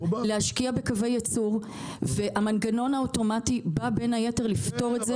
להשקיע בקווי ייצור והמנגנון האוטומטי בא בין היתר לפתור את זה,